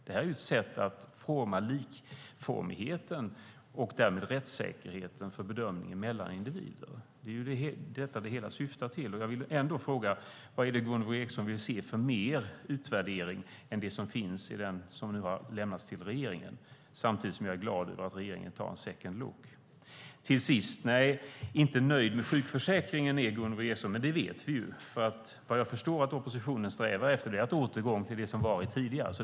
Detta är ett sätt att få likformighet och därmed rättsäkerhet för bedömningen mellan olika individer. Det är vad det hela syftar till. Jag vill fråga: Vilken ytterligare utvärdering vill Gunvor G Ericson se mer än det som finns i den utvärdering som nu har lämnats till regeringen? Samtidigt är jag glad över att regeringen tar en second look. Till sist: Nej, nöjd med sjukförsäkringen är Gunvor G Ericson inte, men det vet vi ju. Vad jag förstår att oppositionen strävar efter är en återgång till det som har varit tidigare.